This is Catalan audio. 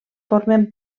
formen